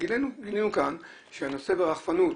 גילינו כאן שהנושא ברחפנות,